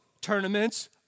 tournaments